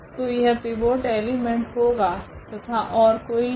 तो यह pivot element होगा तथा ओर कोई नहीं